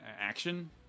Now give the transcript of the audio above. action